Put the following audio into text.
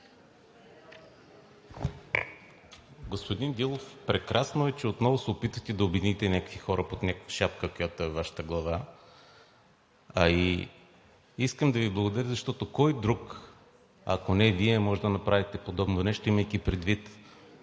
Господин Дилов, прекрасно е, че отново се опитвате да обедините някакви хора под някаква шапка, която е във Вашата глава. А и искам да Ви благодаря, защото кой друг, ако не Вие може да направите подобно нещо, имайки предвид